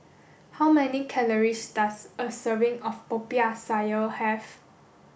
how many calories does a serving of Popiah Sayur have